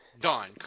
done